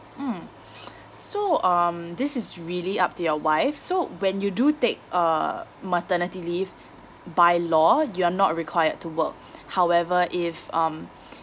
mmhmm so um this is really up to your wife so when you do take a maternity leave by law you're not required to work however if um